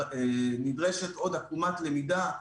נדרשת עוד עקומת למידה,